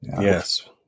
Yes